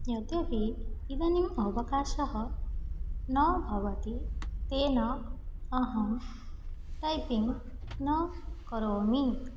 यद्यपि इदानीम् अवकाशः न भवति तेन अहं टैपिङ्ग् न करोमि